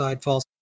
false